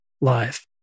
life